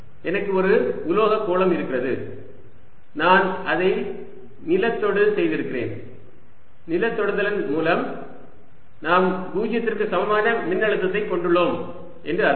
எனக்கு ஒரு உலோகக் கோளம் இருக்கிறது நான் அதை நிலத்தொடு செய்திருக்கிறேன் நிலத்தொடுத்ததன் மூலம் நாம் 0 க்கு சமமான மின்னழுத்தத்தை கொண்டுள்ளோம் என்று அர்த்தம்